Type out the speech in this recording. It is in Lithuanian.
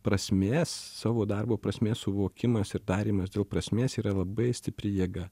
prasmės savo darbo prasmės suvokimas ir darymas dėl prasmės yra labai stipri jėga